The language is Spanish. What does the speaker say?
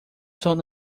son